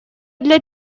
для